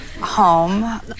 Home